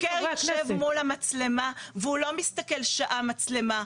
חוקר יושב מול המצלמה והוא לא מסתכל שעה מצלמה,